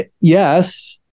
yes